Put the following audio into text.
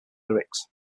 lyrics